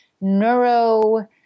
neuro